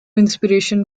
inspiration